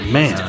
Man